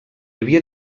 havia